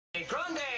Grande